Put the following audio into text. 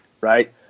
right